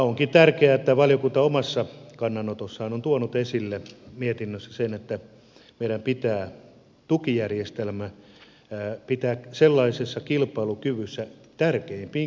onkin tärkeää että valiokunta omassa kannanotossaan mietinnössä on tuonut esille sen että meidän pitää tukijärjestelmä pitää sellaisessa kilpailukyvyssä tärkeimpiin kilpailijamaihimme nähden